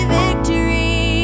victory